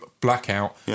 blackout